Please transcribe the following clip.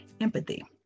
empathy